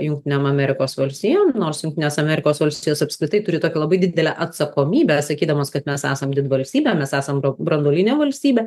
jungtinėm amerikos valstijom nors jungtinės amerikos valstijos apskritai turi tokią labai didelę atsakomybę sakydamos kad mes esam didvalstybė mes esam br branduolinė valstybė